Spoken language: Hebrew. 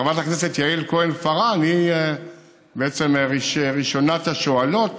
חברת הכנסת יעל כהן-פארן היא בעצם ראשונת השואלות,